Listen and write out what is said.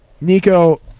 Nico